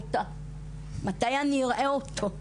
מתי אני אראה אותה?